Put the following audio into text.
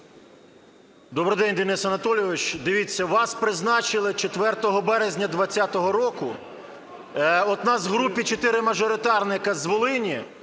Добрий день, Денис Анатолійович. Дивіться, вас призначили 4 березня 2020 року. От у нас в групі чотири мажоритарники з Волині,